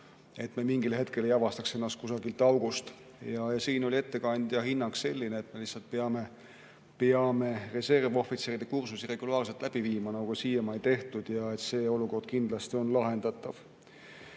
et me mingil hetkel ei avastaks ennast kusagilt august. Siin oli ettekandja hinnang selline, et me lihtsalt peame reservohvitseride kursusi regulaarselt läbi viima, nagu siiamaani tehtud, ja et see olukord kindlasti on lahendatav.